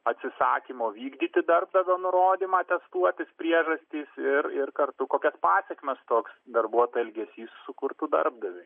atsisakymo vykdyti darbdavio nurodymą testuotis priežastys ir ir kartu kokias pasekmes toks darbuotojo elgesys sukurtų darbdaviui